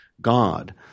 God